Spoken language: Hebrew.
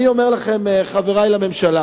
אני אומר לכם, חברי לממשלה